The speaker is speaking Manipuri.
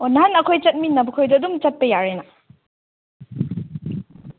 ꯑꯣ ꯅꯍꯥꯟ ꯑꯩꯈꯣꯏ ꯆꯠꯃꯤꯟꯅꯕ ꯈꯣꯏꯗꯣ ꯑꯗꯨꯝ ꯆꯠꯄ ꯌꯥꯔꯦꯅ